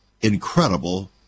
incredible